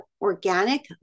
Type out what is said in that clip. organic